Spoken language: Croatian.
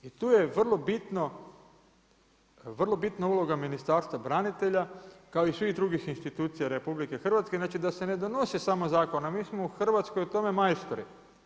I tu je vrlo bitna uloga Ministarstva branitelja kao i svih drugih institucija RH da se ne donose samo zakoni, a mi smo u Hrvatskoj u tome majstori.